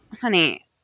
honey